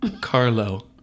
Carlo